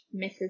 Mrs